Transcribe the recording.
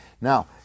Now